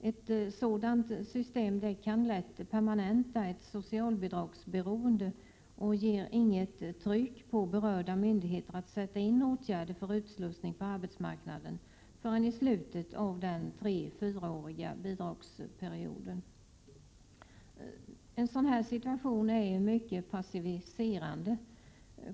Ett sådant system kan lätt permanenta ett socialbidragsberoende och ger inget tryck på berörda myndigheter att sätta in åtgärder för utslussning på arbetsmarknaden förrän i slutet av den treeller fyraåriga bidragsperioden. En sådan här situation är mycket passiverande.